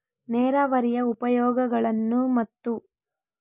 ನೇರಾವರಿಯ ಉಪಯೋಗಗಳನ್ನು ಮತ್ತು?